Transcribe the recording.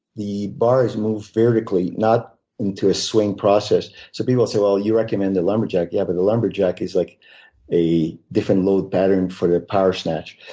the bar is moved vertically, not into a swing process. so people so say you recommend the lumberjack. yeah, but the lumberjack is like a different load pattern for the power snatch.